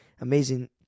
amazing